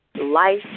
life